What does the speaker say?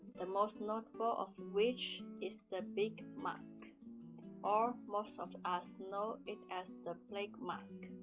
the most notable of which is the beak mask or most of us know it as the plague mask.